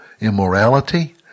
immorality